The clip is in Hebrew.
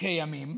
כימים